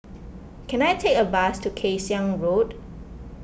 can I take a bus to Kay Siang Road